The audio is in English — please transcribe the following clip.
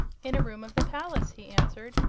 in a room of the palace, he answered.